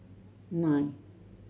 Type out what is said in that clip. nine